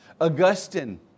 Augustine